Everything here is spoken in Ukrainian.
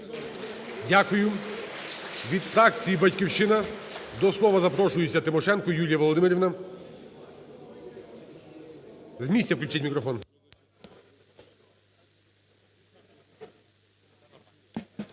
Дякую. Від фракції "Батьківщина" до слова запрошується Тимошенко Юлія Володимирівна. З місця включіть мікрофон.